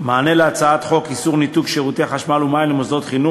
מענה על הצעת חוק איסור ניתוק שירותי חשמל ומים למוסדות חינוך,